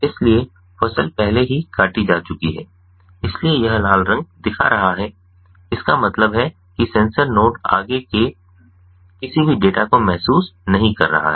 इसलिए फसल पहले ही काटी जा चुकी है इसीलिए यह लाल रंग दिखा रहा है इसका मतलब है कि सेंसर नोड आगे के किसी भी डेटा को महसूस नहीं कर रहा है